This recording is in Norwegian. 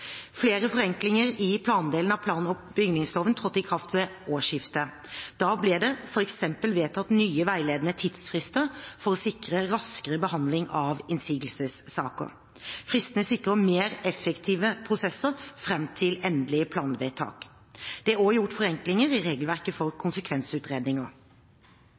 Flere forenklinger i plandelen av plan- og bygningsloven trådte i kraft ved årsskiftet. Da ble det f.eks. vedtatt nye veiledende tidsfrister for å sikre raskere behandling av innsigelsessaker. Fristene sikrer mer effektive prosesser fram til endelig planvedtak. Det er også gjort forenklinger i regelverket for konsekvensutredninger.